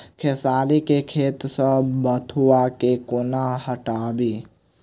खेसारी केँ खेत सऽ बथुआ केँ कोना हटाबी